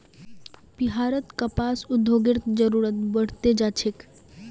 बिहारत कपास उद्योगेर जरूरत बढ़ त जा छेक